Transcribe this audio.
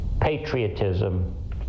patriotism